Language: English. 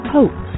Hope